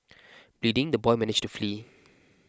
bleeding the boy managed to flee